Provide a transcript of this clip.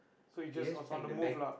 he just pack the bag